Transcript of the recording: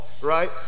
right